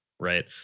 right